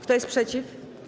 Kto jest przeciw?